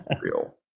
Real